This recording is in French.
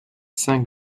cinq